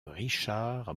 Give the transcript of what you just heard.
richard